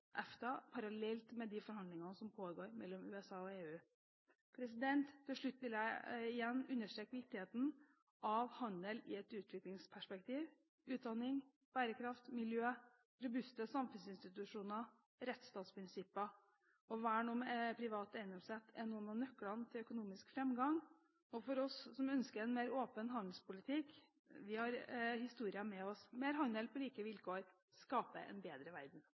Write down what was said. parallelt med de forhandlingene som pågår mellom USA og EU. Til slutt vil jeg igjen understreke viktigheten av handel i et utviklingsperspektiv. Utdanning, bærekraft, miljø, robuste samfunnsinstitusjoner, rettsstatsprinsipper og vern om privat eiendomsrett er noen av nøklene til økonomisk framgang. For oss som ønsker en mer åpen handelspolitikk: Vi har historien med oss – mer handel på like vilkår skaper en bedre verden.